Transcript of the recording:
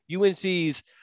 UNC's